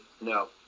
no